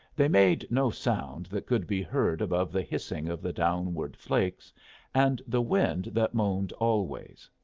they made no sound that could be heard above the hissing of the downward flakes and the wind that moaned always,